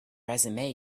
resume